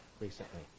recently